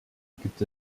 gibt